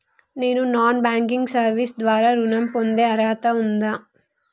నేను non banking service ద్వారా ఋణం పొందే అర్హత ఉందా?